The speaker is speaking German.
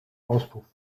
auspuff